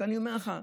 אני אומר לך: